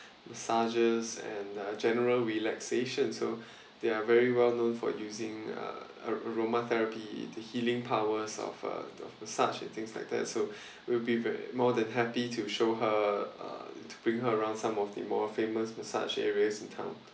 massages and general relaxation so they are very well known for using uh a aroma therapy the healing powers of uh the massage and things like that so we'll be more than happy to show her uh to bring her around some of the more famous massage areas in town